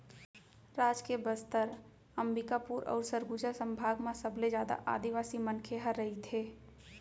राज के बस्तर, अंबिकापुर अउ सरगुजा संभाग म सबले जादा आदिवासी मनखे ह रहिथे